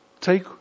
take